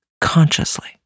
consciously